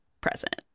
present